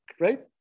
right